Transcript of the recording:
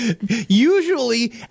usually